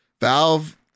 Valve